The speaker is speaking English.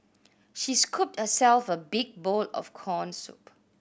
she scooped herself a big bowl of corn soup